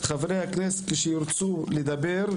חברי הכנסת שירצו לדבר,